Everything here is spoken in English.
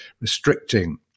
restricting